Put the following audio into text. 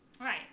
Right